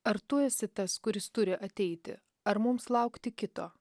ar tu esi tas kuris turi ateiti ar mums laukti kito